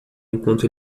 enquanto